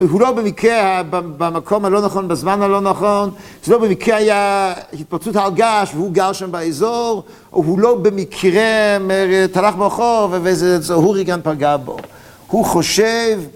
הוא לא במקרה, במקום הלא נכון, בזמן הלא נכון, זה לא במקרה היה התפוצצות הר געש והוא גר שם באזור, הוא לא במקרה הלך ברחוב וזה, זה, הוריקן פגע בו. הוא חושב...